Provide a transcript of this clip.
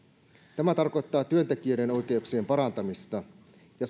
tämä tarkoittaa työntekijöiden oikeuksien parantamista ja